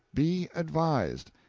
be advised.